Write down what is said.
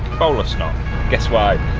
bowl of snot guess why.